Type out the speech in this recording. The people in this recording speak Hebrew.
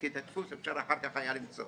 כי את הדפוס אפשר היה אחר כך למצוא.